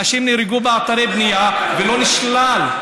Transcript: זה השינוי, אנשים נהרגו באתרי בנייה ולא נשלל.